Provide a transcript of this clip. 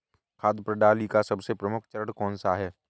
खाद्य प्रणाली का सबसे प्रमुख चरण कौन सा है?